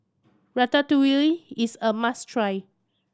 ratatouille is a must try